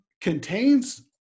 contains